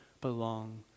belong